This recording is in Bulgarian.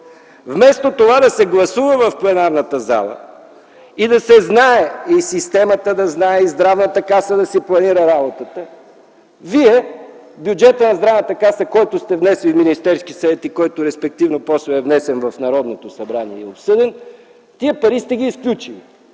Вместо това да се гласува в пленарната зала и да се знае – и системата да знае, и Здравната каса да си планира работата, то в бюджета на Здравната каса, който е внесен в Министерският съвет и който респективно след това е внесен и обсъден в Народното събрание, тези пари сте ги изключили.